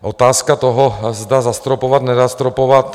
Otázka toho, zda zastropovat, nezastropovat.